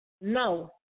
No